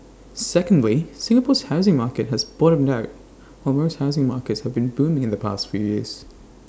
secondly Singapore's housing market has bottomed out while most housing markets have been booming in the past few years